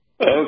Okay